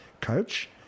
coach